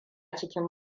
cikin